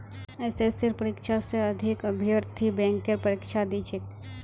एसएससीर परीक्षा स अधिक अभ्यर्थी बैंकेर परीक्षा दी छेक